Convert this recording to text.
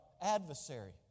adversary